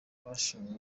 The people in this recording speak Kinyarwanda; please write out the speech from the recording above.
abashinjwa